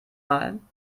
malen